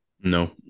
no